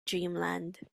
dreamland